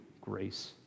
grace